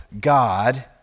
God